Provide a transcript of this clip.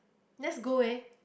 let's go eh